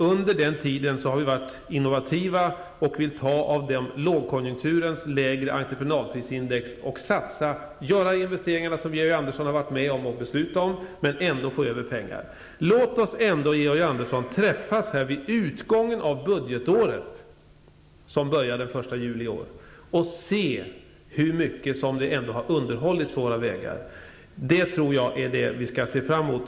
Under tiden har vi varit innovativa, och vi vill utnyttja lågkonjunkturens lägre entreprenadprisindex till att satsa och göra investeringar som Georg Andersson har varit med och beslutat om, och ändå få pengar över. Låt oss, Georg Andersson, träffas vid utgången av det budgetår som börjar den 1 juli i år och se hur mycket av underhåll som ändå har skett på vära vägar! Det tror jag är vad vi skall se fram emot.